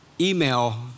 email